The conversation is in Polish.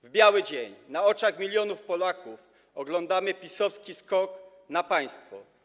W biały dzień na oczach milionów Polaków oglądamy PiS-owski skok na państwo.